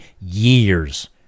years